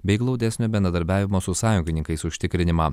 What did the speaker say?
bei glaudesnio bendradarbiavimo su sąjungininkais užtikrinimą